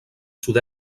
sud